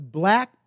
black